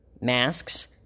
masks